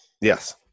Yes